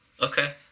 Okay